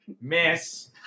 Miss